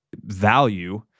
value